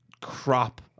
crop